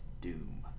doom